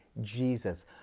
Jesus